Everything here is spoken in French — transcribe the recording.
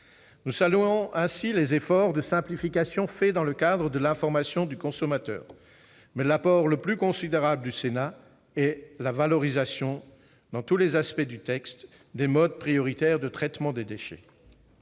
Nous saluons les efforts de simplification faits dans le cadre de l'information du consommateur, mais l'apport le plus considérable du Sénat est la valorisation, dans tous les aspects du texte, des modes prioritaires de traitement des déchets